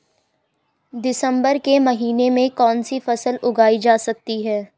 दिसम्बर के महीने में कौन सी फसल उगाई जा सकती है?